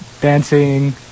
dancing